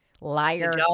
Liar